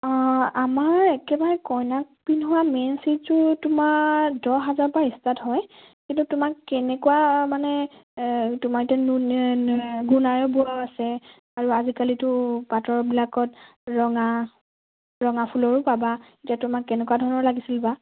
আমাৰ একেবাৰে কইনাক পিন্ধোৱা মেইন ছিটযোৰ তোমাৰ দহ হাজাৰৰ পৰা ষ্টাৰ্ট হয় কিন্তু তোমাক কেনেকুৱা মানে তোমাক এতিয়া নুনি গুণাৰে বোৱা আছে আৰু আজিকালিতো পাটৰবিলাকত ৰঙা ৰঙা ফুলৰো পাবা এতিয়া তোমাক কেনেকুৱা ধৰণৰ লাগিছিল বা